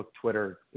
Twitter